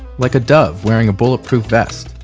like a dove wearing a bulletproof vest.